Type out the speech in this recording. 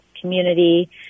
community